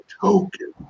token